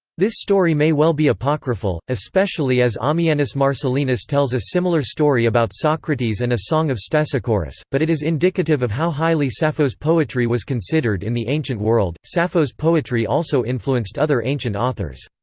this story may well be apocryphal, especially as ammianus marcellinus tells a similar story about socrates and a song of stesichorus, but it is indicative of how highly sappho's poetry was considered in the ancient world sappho's poetry also influenced other ancient authors.